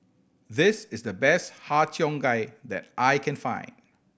this is the best Har Cheong Gai that I can find